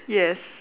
yes